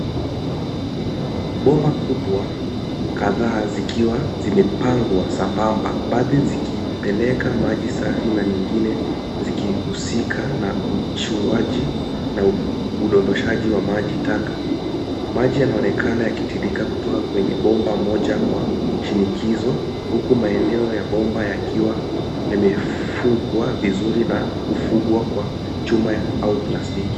Bomba kubwa, kadhaa zikiwa zimepangwa sambamba ,baadhi zikipeleka maji safi na nyingine zikihusika na ushuaji na udondoshaji wa maji taka. Maji yanaonekana yakitiririka kutoka kwenye bomba moja kwa shinikizo huku maeneo ya bomba yakiwa yamefungwa vizuri na kufungwa kwa chuma au plastiki.